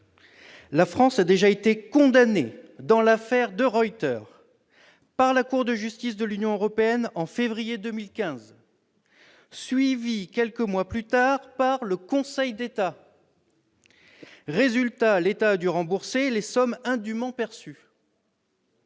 La France a déjà été condamnée en février 2015 dans l'affaire de Ruyter par la Cour de justice de l'Union européenne, suivie quelques mois plus tard par le Conseil d'État. Résultat : l'État a dû rembourser les sommes indûment perçues.